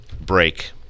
break